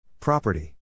Property